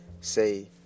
Say